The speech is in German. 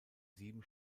sieben